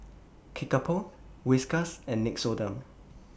Kickapoo Whiskas and Nixoderm